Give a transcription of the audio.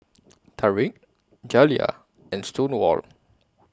Tarik Jaliyah and Stonewall